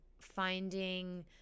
finding